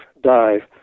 dive